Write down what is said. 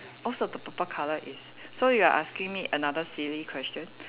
oh so the purple color is so you're asking me another silly question